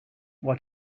what